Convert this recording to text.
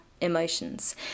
emotions